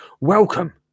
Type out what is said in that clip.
Welcome